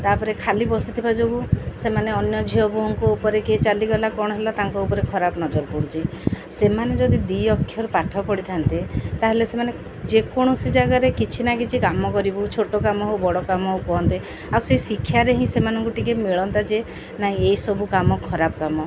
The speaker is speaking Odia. ତା'ପରେ ଖାଲି ବସିଥିବା ଯୋଗୁଁ ସେମାନେ ଅନ୍ୟ ଝିଅ ବୋହୂଙ୍କ ଉପରେ କିଏ ଚାଲିଗଲା କ'ଣ ହେଲା ତାଙ୍କ ଉପରେ ଖରାପ ନଜର ପଡ଼ୁଛି ସେମାନେ ଯଦି ଦୁଇ ଅକ୍ଷର ପାଠ ପଢ଼ିଥାନ୍ତେ ତା'ହେଲେ ସେମାନେ ଯେକୌଣସି ଜାଗାରେ କିଛି ନା କିଛି କାମ କରିବୁ ଛୋଟ କାମ ହଉ ବଡ଼ କାମ ହଉ କୁହନ୍ତେ ଆଉ ସେଇ ଶିକ୍ଷାରେ ହିଁ ସେମାନଙ୍କୁ ଟିକେ ମିଳନ୍ତା ଯେ ନାଇଁ ଏଇସବୁ କାମ ଖରାପ କାମ